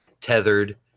Tethered